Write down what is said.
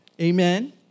Amen